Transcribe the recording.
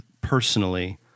personally